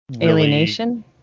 alienation